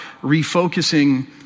refocusing